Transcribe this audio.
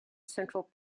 central